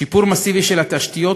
שיפור מסיבי של התשתיות,